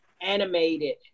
animated